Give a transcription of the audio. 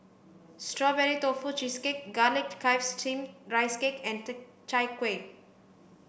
strawberry tofu cheesecake garlic chives steamed rice cake and chai kuih